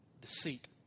deceit